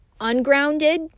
ungrounded